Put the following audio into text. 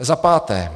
Za páté.